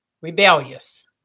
rebellious